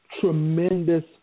tremendous